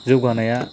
जौगानाया